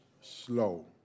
slow